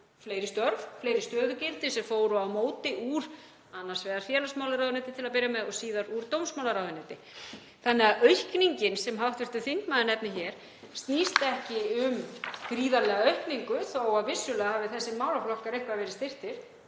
fleiri störf, fleiri stöðugildi sem fóru á móti úr annars vegar félagsmálaráðuneyti til að byrja með og síðar úr dómsmálaráðuneyti. Aukningin sem hv. þingmaður nefnir hér snýst því ekki um gríðarlega aukningu, þótt vissulega hafi þessir málaflokkar eitthvað verið styrktir,